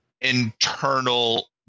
internal